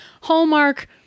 Hallmark